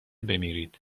بمیرید